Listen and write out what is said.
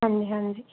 ਹਾਂਜੀ ਹਾਂਜੀ